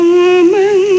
woman